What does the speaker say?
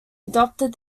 adopted